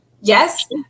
yes